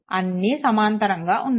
అన్నీ సమాంతరంగా ఉన్నాయి